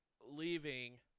leaving